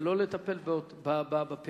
ולא לטפל בפריפריה.